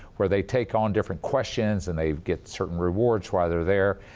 where they take on different questions. and they get certain rewards while they're there.